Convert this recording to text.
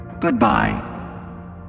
Goodbye